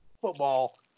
football